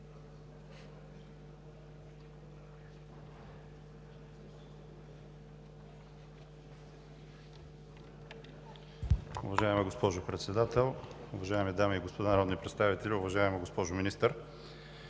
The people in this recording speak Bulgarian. Уважаема госпожо Председател, уважаеми дами и господа народни представители! Уважаема госпожо Министър,